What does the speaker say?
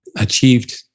achieved